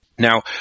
Now